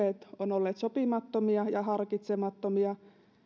olleet sopimattomia ja harkitsemattomia